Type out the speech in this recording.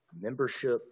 membership